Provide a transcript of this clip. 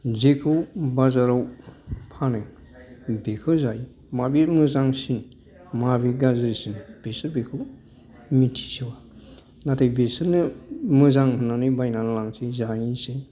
जेखौ बाजाराव फानो बेखौ जायो माबे मोजांसिन माबे गाज्रिसिन बिसोर बेखौ मिथिस'या नाथाय बिसोरनो मोजां हाननानै बायना लांसै जाहैसै